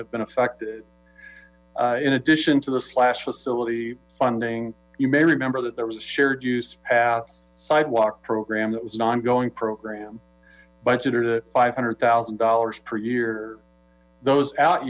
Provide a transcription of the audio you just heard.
have been affected in addition to the slash facility funding you may remember that there was a shared use paths sidewalk program that was an ongoing program budget five hundred thousand dollars per year those out